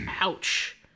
Ouch